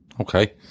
okay